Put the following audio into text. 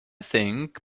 think